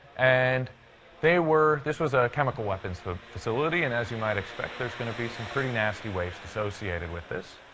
and they were this was a chemical weapons facility. and as you might expect, there's going to be some pretty nasty waste associated with this.